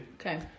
Okay